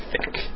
thick